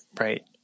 right